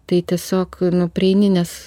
tai tiesiog prieini nes